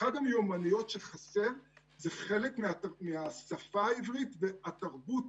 אחת המיומנויות שחסרות היא חלק מהשפה העברית והתרבות